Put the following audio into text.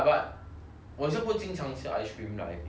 我是不经常吃 ice cream lah if 你问我的话